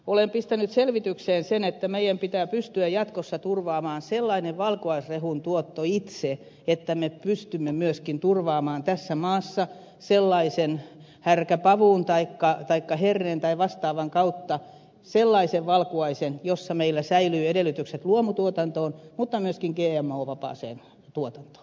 olen pistänyt selvitykseen sen että meidän pitää pystyä jatkossa turvaamaan sellainen valkuaisrehun tuotto itse että me pystymme myöskin turvaamaan tässä maassa härkäpavun taikka herneen tai vastaavan kautta sellaisen valkuaisen jossa meillä säilyy edellytykset luomutuotantoon mutta myöskin gmo vapaaseen tuotantoon